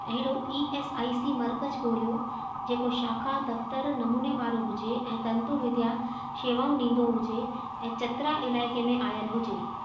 अहिड़ो E S I C मर्कज़ु ॻोल्हियो जेको शाखा दफ़्तरु नमूने वारो हुजे ऐं तंतु विद्या शेवाऊं ॾींदो हुजे ऐं चतरा इलाइक़े में आयल हुजे